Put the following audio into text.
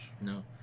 No